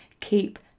keep